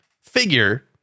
figure